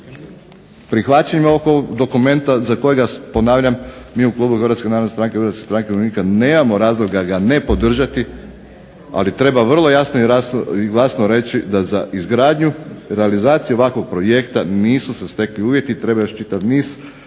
prihvaćanjem ovog dokumenta za kojega ponavljam mi u Klubu HNS HSU-a nemamo razloga ga ne podržati ali treba jasno i glasno reći da za izgradnju za realizaciju ovakvog projekta nisu se stekli uvjeti, treba još čitav niz